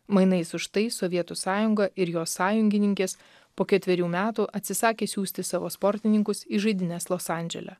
mainais už tai sovietų sąjunga ir jos sąjungininkės po ketverių metų atsisakė siųsti savo sportininkus į žaidynes los andžele